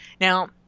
Now